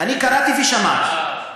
אני קראתי ושמעתי.